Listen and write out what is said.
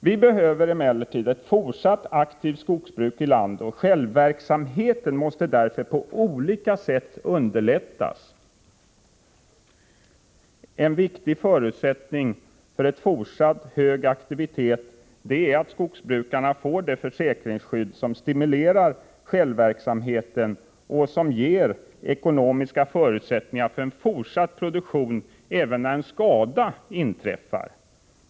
Vi behöver ett fortsatt aktivt skogsbruk i landet, och självverksamheten måste därför på olika sätt underlättas. En viktig förutsättning för en fortsatt hög aktivitet är att skogsbrukarna får ett försäkringsskydd som stimulerar till självverksamhet och som ger dem ekonomiska möjligheter till fortsatt produktion, även när en skada inträffat.